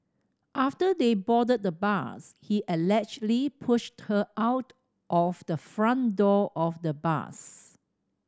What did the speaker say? after they boarded the bus he allegedly pushed her out of the front door of the bus